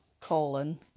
colon